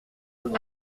vous